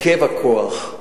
הרכב הכוח,